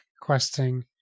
questing